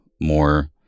more